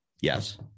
Yes